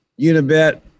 Unibet